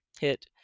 hit